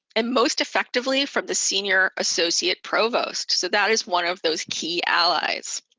and most effectively, from the senior associate provost. so that is one of those key allies.